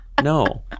No